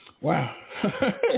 wow